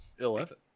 Eleven